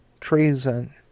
treason